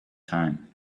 time